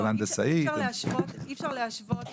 אי אפשר להשוות